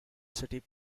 city